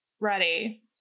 ready